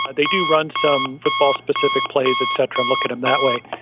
they do run some football specific plays, et cetera, and look at them that way,